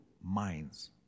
minds